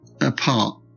apart